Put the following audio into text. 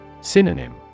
Synonym